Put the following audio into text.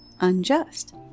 unjust